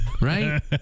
right